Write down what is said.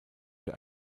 für